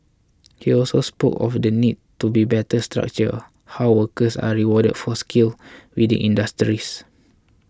he also spoke of the need to be better structure how workers are rewarded for skills within industries